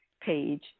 page